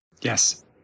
Yes